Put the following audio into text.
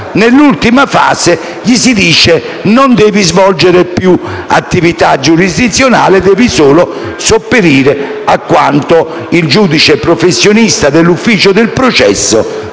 nell'ultima fase: «Non devi svolgere più attività giurisdizionale, ma devi solo sopperire a quanto il giudice professionista dell'ufficio per il processo ti